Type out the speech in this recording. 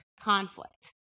conflict